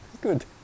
good